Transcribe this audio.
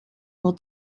will